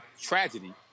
tragedy